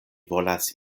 volas